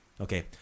Okay